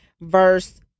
verse